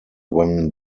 when